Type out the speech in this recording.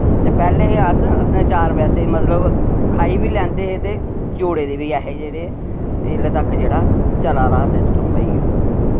ते पैह्ले हे अस असें चार पैसे मतलब खाई बी लैंदे हे ते जोड़े दे बी है हे जेह्ड़े इसले तक जेह्ड़ा चला दा सिस्टम भाई ओह्